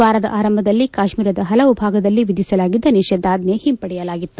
ವಾರದ ಆರಂಭದಲ್ಲಿ ಕಾಶ್ಮೀರದ ಪಲವು ಭಾಗದಲ್ಲಿ ವಿಧಿಸಲಾಗಿದ್ದ ನಿಷೇದಾಜ್ಞೆಯ ಹಿಂಪಡೆಯಲಾಗಿತ್ತು